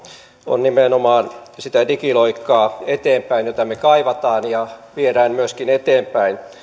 on nimenomaan sitä digiloikkaa eteenpäin jota me kaipaamme ja myöskin viedään eteenpäin ei